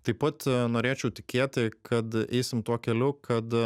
taip pat a norėčiau tikėti kad eisim tuo keliu kad